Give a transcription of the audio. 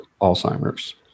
Alzheimer's